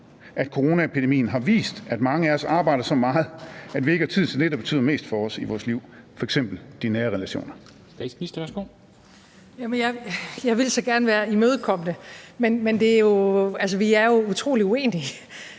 at coronaepidemien har vist, at mange af os arbejder så meget, at vi ikke har tid til det, der betyder mest for os i vores liv, f.eks. de nære relationer. Kl. 14:17 Formanden (Henrik Dam Kristensen):